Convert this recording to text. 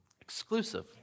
exclusive